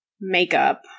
makeup